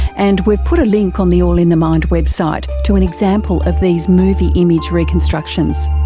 and we've put a link on the all in the mind website to an example of these movie image reconstructions.